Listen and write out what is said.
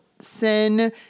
Sin